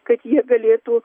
kad jie galėtų